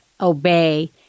obey